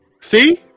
See